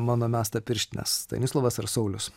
mano mestą pirštinę stanislovas ar saulius